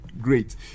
Great